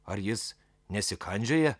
ar jis nesikandžioja